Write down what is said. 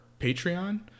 Patreon